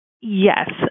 Yes